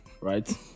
right